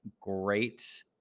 great